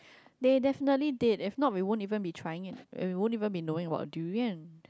they definitely did if not we won't even be trying it eh we won't even be knowing about durian